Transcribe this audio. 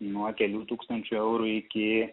nuo kelių tūkstančių eurų iki